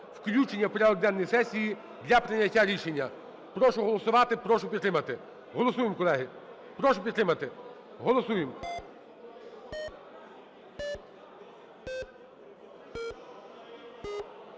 включення в порядок денний сесії для прийняття рішення. Прошу голосувати. Прошу підтримати. Голосуємо, колеги. Прошу підтримати. Голосуємо.